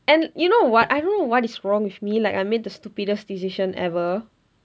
and you know what I don't know what is wrong with me like I made the stupidest decision ever